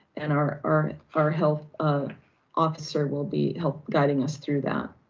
and our our our health officer will be help guiding us through that.